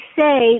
say